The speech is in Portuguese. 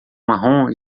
marrom